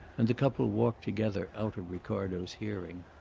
and the couple walked together out of ricardo's hearing.